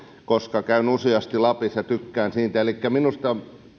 kun käyn useasti lapissa ja tykkään siitä elikkä minusta